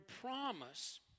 promise